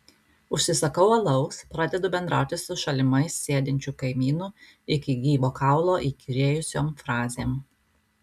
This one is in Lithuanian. užsisakau alaus pradedu bendrauti su šalimais sėdinčiu kaimynu iki gyvo kaulo įkyrėjusiom frazėm